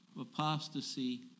apostasy